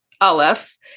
Aleph